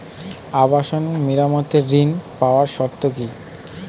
আবাসন মেরামতের ঋণ পাওয়ার শর্ত কি?